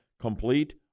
complete